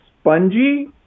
spongy